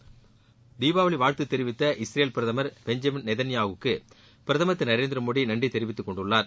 தீபாவளி வாழ்த்துகள் தீபாவளி வாழ்த்து தெரிவித்த இஸ்ரேல் பிரதமர் பெஞ்சமின் நேதன்யாகு வுக்கு பிரதமர் திரு நரேந்திரமோடி நன்றி தெரிவித்து கொண்டுள்ளார்